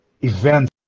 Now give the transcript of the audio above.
event